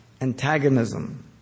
antagonism